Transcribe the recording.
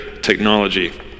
technology